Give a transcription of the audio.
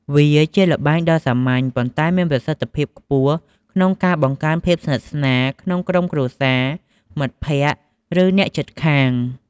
វាជាល្បែងដ៏សាមញ្ញ ប៉ុន្តែមានប្រសិទ្ធភាពខ្ពស់ក្នុងការ បង្កើនភាពស្និទ្ធស្នាល ក្នុងក្រុមគ្រួសារ មិត្តភក្តិ ឬអ្នកជិតខាង។